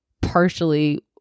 partially